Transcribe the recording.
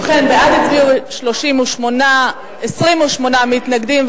בעד הצביעו 38, 28 מתנגדים.